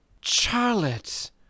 Charlotte